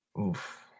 Oof